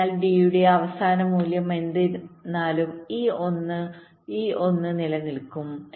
അതിനാൽ ഡി യുടെ അവസാന മൂല്യം എന്തായിരുന്നാലും ഈ 1 ഈ 1 നിലനിൽക്കും